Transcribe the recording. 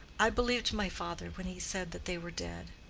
i believed my father when he said that they were dead.